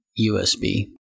USB